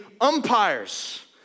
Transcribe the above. umpires